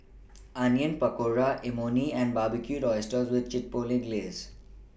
Onion Pakora Imoni and Barbecued Oysters with Chipotle Glaze